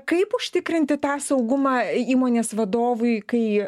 kaip užtikrinti tą saugumą įmonės vadovui kai